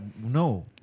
no